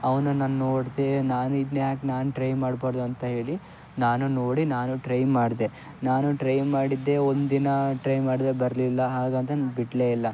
ಅವನನ್ನ ನಾನು ನೋಡಿದೆ ನಾನು ಇದ್ನ್ಯಾಕೆ ನಾನು ಟ್ರೈ ಮಾಡಬಾರ್ದು ಅಂತ ಹೇಳಿ ನಾನು ನೋಡಿ ನಾನು ಟ್ರೈ ಮಾಡಿದೆ ನಾನು ಟ್ರೈ ಮಾಡಿದ್ದೆ ಒಂದು ದಿನ ಟ್ರೈ ಮಾಡಿದೆ ಬರಲಿಲ್ಲ ಹಾಗಂತ ನಾ ಬಿಡ್ಲೇ ಇಲ್ಲ